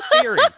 theory